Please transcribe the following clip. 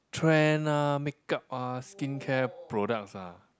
trend ah makeup ah skincare products ah